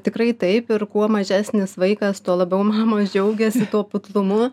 tikrai taip ir kuo mažesnis vaikas tuo labiau mamos džiaugiasi tuo putlumu